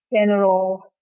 general